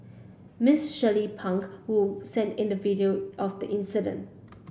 Miss Shirley Pang who sent in the video of the incident